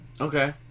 Okay